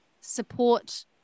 support